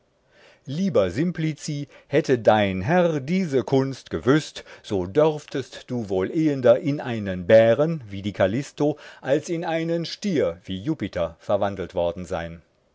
lieber simplici hätte dein herr diese kunst gewüßt so dörftest du wohl ehender in einen bären wie die kallisto als in einen stier wie jupiter verwandelt worden sein